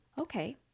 okay